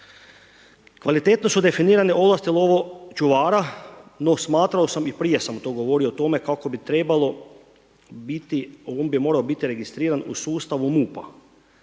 Kvalitetno su definirane ovlasti lovočuvara no smatrao sam i prije sam to govorio o tome kako bi trebalo biti, on bi morao biti registriran u sustavu MUP-a,